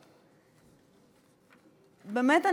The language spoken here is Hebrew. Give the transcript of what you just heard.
באמת,